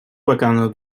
bakanlığı